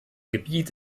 gebiet